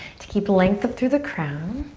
to keep length up through the crown,